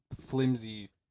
flimsy